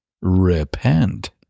Repent